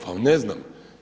Pa ne znam.